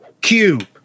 cube